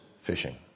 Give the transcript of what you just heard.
fishing